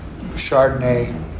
Chardonnay